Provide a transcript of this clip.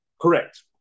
correct